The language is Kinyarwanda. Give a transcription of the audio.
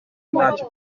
ntacyo